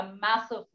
massive